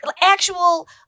actual